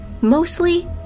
mostly